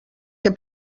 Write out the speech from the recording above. que